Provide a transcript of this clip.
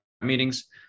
meetings